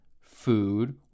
food